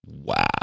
Wow